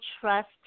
trust